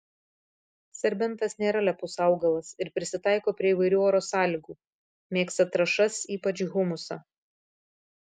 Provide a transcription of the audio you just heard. serbentas nėra lepus augalas ir prisitaiko prie įvairių oro sąlygų mėgsta trąšas ypač humusą